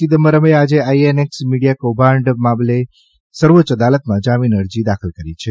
ચિદમ્બરમે આજે આઇએસએસ મીડીયા કૌભાંડ મામલે સર્વોચ્ચ અદાલતમાં જામીન અરજી દાખલ કરી છે